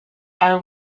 are